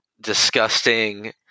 disgusting